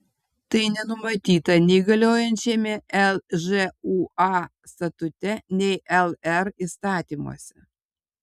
tai nenumatyta nei galiojančiame lžūa statute nei lr įstatymuose